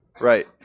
Right